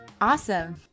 awesome